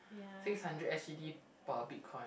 six hundred S_G_D per bitcoin